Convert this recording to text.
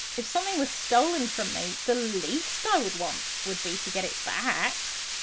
if something was stolen from me, the least i would want would be to get it back.